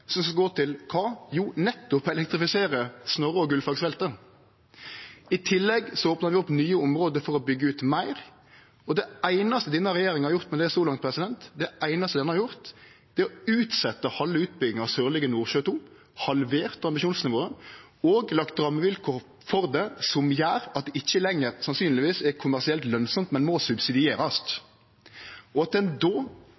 til kva? Jo, nettopp å elektrifisere Snorre- og Gullfaks-feltet. I tillegg opna vi opp nye område for å byggje ut meir, og det einaste denne regjeringa har gjort med det så langt, er å utsetje halve utbygginga av Sørlige Nordsjø II. Halvert ambisjonsnivået og lagt rammevilkår for det som gjer at det sannsynlegvis ikkje lenger er kommersielt lønsamt, men må